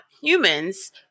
humans